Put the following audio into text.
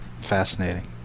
Fascinating